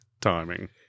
timing